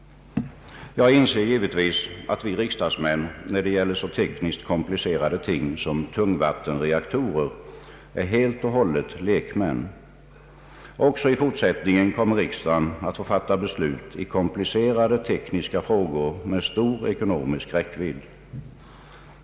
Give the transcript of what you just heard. Jag inser givetvis att vi riksdagsmän när det gäller så tekniskt komplicerade ting som tungvattenreaktorer är helt och hållet lekmän. Också i fortsättningen kommer riksdagen att få fatta beslut i komplicerade tekniska frågor med stor ekonomisk räckvidd.